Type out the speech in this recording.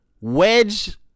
wedge